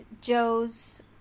Joe's